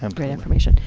um great information.